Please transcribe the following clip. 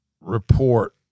report